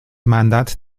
mandat